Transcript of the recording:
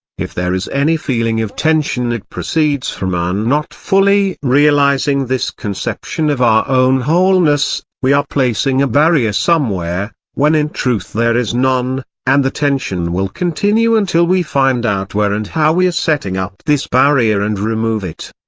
if there is any feeling of tension it proceeds from our not fully realising this conception of our own wholeness we are placing a barrier somewhere, when in truth there is none and the tension will continue until we find out where and how we are setting up this barrier and remove it.